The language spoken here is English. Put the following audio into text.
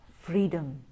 freedom